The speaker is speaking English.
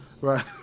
Right